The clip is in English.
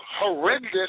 Horrendous